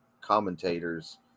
commentators